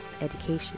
education